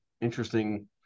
interesting